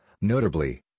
Notably